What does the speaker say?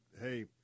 hey